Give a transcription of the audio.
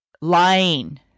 lying